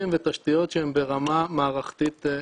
ותשתיות שהם ברמה מערכתית ממשלתית.